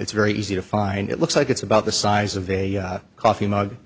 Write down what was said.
it's very easy to find it looks like it's about the size of a coffee mug